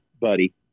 buddy